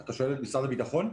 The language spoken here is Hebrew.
אתה שואל על משרד הביטחון?